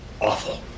awful